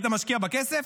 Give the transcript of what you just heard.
היית משקיע בה כסף?